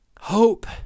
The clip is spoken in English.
hope